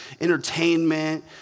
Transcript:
entertainment